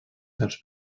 dels